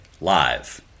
Live